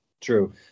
True